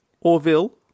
Orville